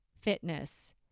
fitness